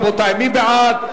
רבותי, מי בעד?